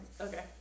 Okay